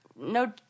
no